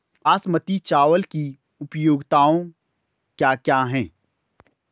बासमती चावल की उपयोगिताओं क्या क्या हैं?